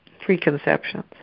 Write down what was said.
preconceptions